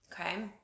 Okay